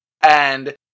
And-